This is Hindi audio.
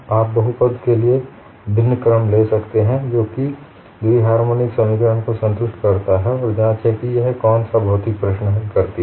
आप बहुपद के विभिन्न क्रम ले सकते हैं जो कि द्वि हार्मोनिक समीकरण को संतुष्ट करता है और जांचें कि यह कौन सा भौतिक प्रश्न हल करती है